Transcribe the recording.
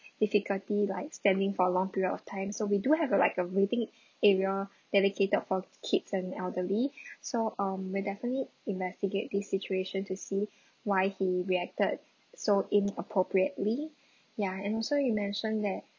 difficulty like standing for a long period of time so we do have a like a waiting area dedicated for keeps an elderly so um we'll definitely investigate this situation to see why he reacted so inappropriately ya and so you mention that